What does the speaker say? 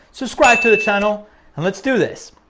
subscribe to the channel and let's do this.